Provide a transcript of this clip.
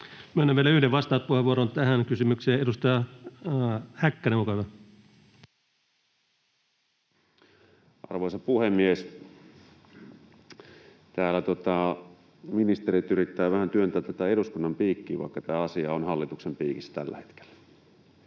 Myönnän vielä yhden vastauspuheenvuoron tähän kysymykseen. — Edustaja Häkkänen, olkaa hyvä. Arvoisa puhemies! Täällä ministerit yrittävät vähän työntää tätä eduskunnan piikkiin, vaikka tämä asia on hallituksen piikissä tällä hetkellä.